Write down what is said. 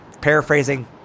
Paraphrasing